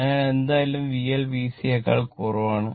അതിനാൽ എന്തായാലും VL VC യേക്കാൾ കുറവാണ്